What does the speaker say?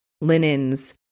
linens